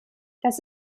das